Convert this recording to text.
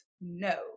No